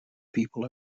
people